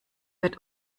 wird